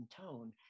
tone